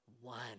one